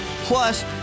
Plus